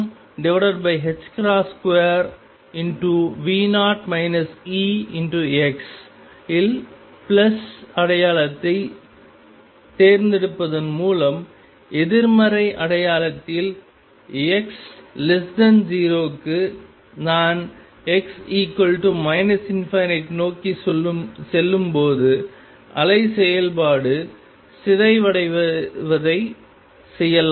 e2m2V0 Ex இல் plus அடையாளத்தைத் தேர்ந்தெடுப்பதன் மூலம் எதிர்மறை அடையாளத்தில் x0 க்கு நான் x ∞ நோக்கிச் செல்லும்போது அலை செயல்பாடு சிதைவடையச் செய்யலாம்